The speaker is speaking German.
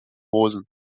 hosen